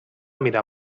mirar